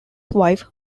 wife